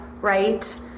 right